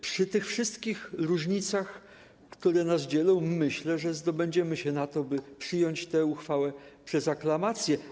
Przy tych wszystkich różnicach, które nas dzielą, myślę, że zdobędziemy się na to, by przyjąć tę uchwałę przez aklamację.